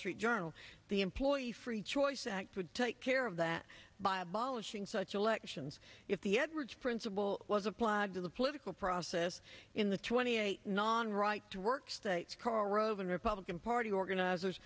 street journal the employees choice act would take care of that by abolishing such elections if the average principle was applied to the political process in the twenty eight non right to work states karl rove and republican party organizers